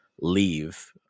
leave